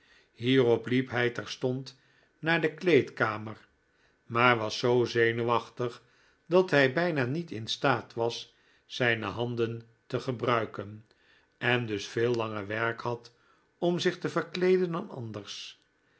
hierop liep hij terstond naar de kleedkamer maar was zoo zenuwaehtig dat hij bijna niet in staat was zijne handen te gebruiken en dus veel langer werk had om zich te verkleeden dan anders